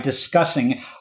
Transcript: discussing